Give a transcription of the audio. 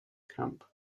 camp